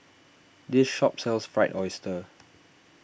this shop sells Fried Oyster